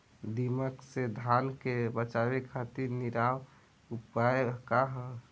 दिमक से धान के बचावे खातिर निवारक उपाय का ह?